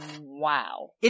Wow